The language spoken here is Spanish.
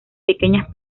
pequeñas